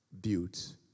built